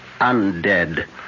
undead